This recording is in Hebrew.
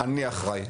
אני אחראי.